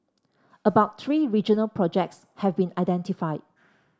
about three regional projects have been identified